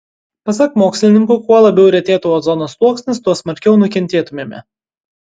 pasak mokslininkų kuo labiau retėtų ozono sluoksnis tuo smarkiau nukentėtumėme